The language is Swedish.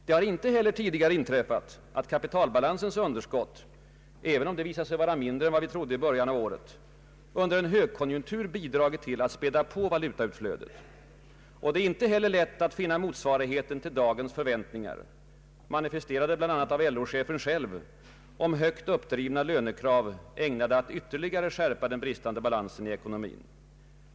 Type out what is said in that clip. Det har inte heller tidigare inträffat att kapitalbalansens underskott, även om det visat sig vara mindre än vi trodde i början av året, under en högkonjunktur bidragit till att späda på valutautflödet. Det är inte heller lätt att finna motsvarigheten till dagens förväntningar, manifesterade bl.a. av LO-chefen själv, om högt uppdrivna lönekrav ägnade att ytterligare skärpa den bristande balansen i ekonomin.